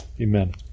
Amen